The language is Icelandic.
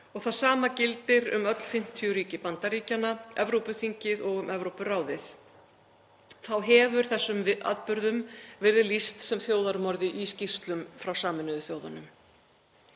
og það sama gildir um öll 50 ríki Bandaríkjanna, Evrópuþingið og Evrópuráðið. Þá hefur þessum atburðum verið lýst sem þjóðarmorði í skýrslum frá Sameinuðu þjóðunum.